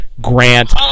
Grant